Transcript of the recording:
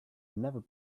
never